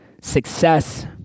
success